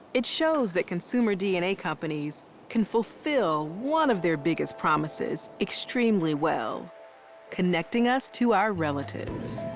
it shows that consumer dna companies can fulfill one of their biggest promises extremely well connecting us to our relatives.